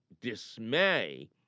dismay